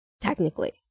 technically